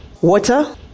water